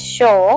show